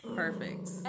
perfect